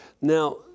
Now